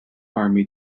army